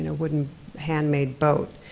and wooden hand-made boat.